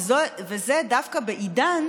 וזה דווקא בעידן